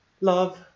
love